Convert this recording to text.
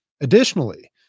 Additionally